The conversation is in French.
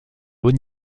haut